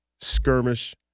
skirmish